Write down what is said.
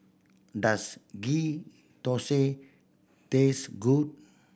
does Ghee Thosai taste good